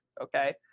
okay